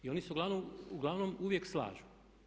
I oni se uglavnom uvijek slažu.